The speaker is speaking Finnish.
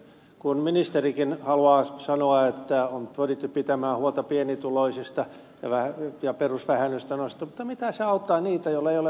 kun ministerikin haluaa sanoa että on pyritty pitämään huolta pienituloisista ja perusvähennystä on nostettu niin miten se auttaa niitä joilla ei ole vähennettävää